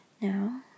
now